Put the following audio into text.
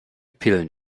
pillen